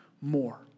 more